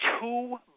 Two